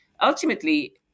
ultimately